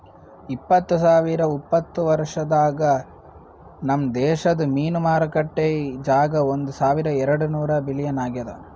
ಇಪ್ಪತ್ತು ಸಾವಿರ ಉಪತ್ತ ವರ್ಷದಾಗ್ ನಮ್ ದೇಶದ್ ಮೀನು ಮಾರುಕಟ್ಟೆ ಜಾಗ ಒಂದ್ ಸಾವಿರ ಎರಡು ನೂರ ಬಿಲಿಯನ್ ಆಗ್ಯದ್